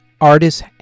artist's